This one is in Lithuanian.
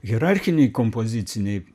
hierarchiniai kompoziciniai